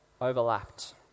overlapped